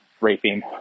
raping